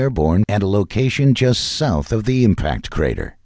airborne and a location just south of the impact crater